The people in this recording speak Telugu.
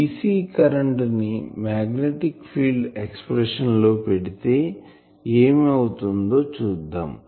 dc కరెంటు ని మాగ్నెటిక్ ఫీల్డ్ ఎక్సప్రెషన్ లో పెడితే ఏమి అవుతుందో చూద్దాం